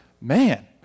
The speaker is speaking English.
man